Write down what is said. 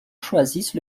choisissent